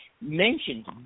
mentioned